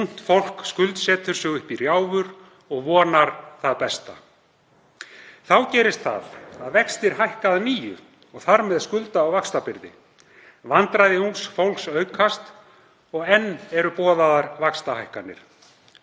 ungt fólk skuldsetur sig upp í rjáfur og vonar það besta. Þá gerist það að vextir hækka að nýju og þar með skulda- og vaxtabyrði. Vandræði ungs fólks aukast og enn eru boðaðar vaxtahækkanir.